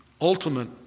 ultimate